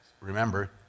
remember